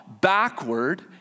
backward